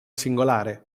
singolare